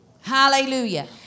Hallelujah